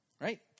right